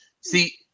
See